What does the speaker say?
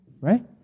Right